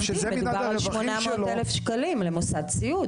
מדובר על 800,000 ₪ למוסד סיעוד,